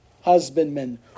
husbandmen